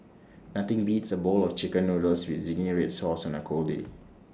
nothing beats A bowl of Chicken Noodles with Zingy Red Sauce on A cold day